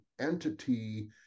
entity